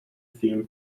film